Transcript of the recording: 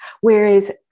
whereas